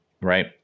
right